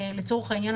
לצורך העניין,